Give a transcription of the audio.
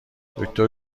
دکتر